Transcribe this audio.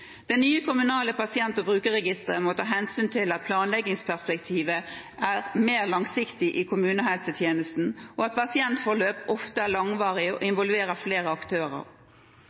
Det nye kommunale pasient- og brukerregisteret må ta hensyn til at planleggingsperspektivet er mer langsiktig i kommunehelsetjenesten, og at pasientforløp ofte er langvarige og involverer flere aktører.